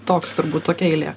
toks turbūt tokia eilė